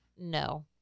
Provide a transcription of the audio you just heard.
No